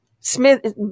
Smith